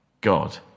God